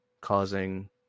causing